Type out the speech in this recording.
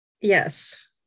Yes